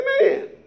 Amen